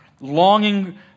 longing